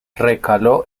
recaló